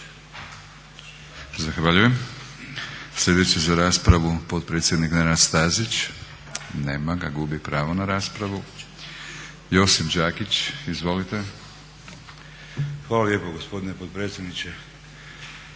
Zahvaljujem. Sljedeći za raspravu potpredsjednik Nenad Stazić. Nema ga? Gubi pravo na raspravu. Josip Đakić, izvolite. **Đakić, Josip (HDZ)** Hvala lijepo gospodine potpredsjedniče